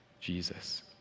Jesus